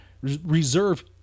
reserve